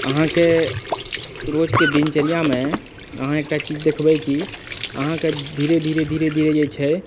अहाँके रोजके दिनचर्यामे अहाँ एकटा चीज देखबै की अहाँके धीरे धीरे धीरे धीरे जे छै